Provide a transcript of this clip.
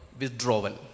withdrawal